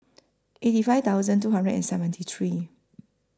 eighty five thousand two hundred and seventy three